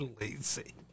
Lazy